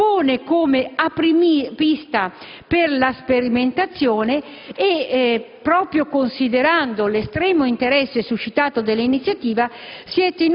si propone come apripista per la sperimentazione. Proprio considerando l'estremo interesse suscitato dall'iniziativa,